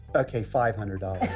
okay, five hundred